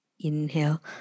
Inhale